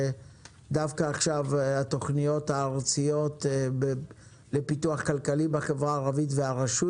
ודווקא עכשיו התוכניות הארציות לפיתוח כלכלי בחברה הערבית והרשות